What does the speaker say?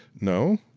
no,